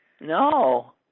no